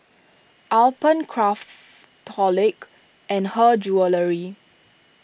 Alpen Craftholic and Her Jewellery